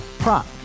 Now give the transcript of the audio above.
Prop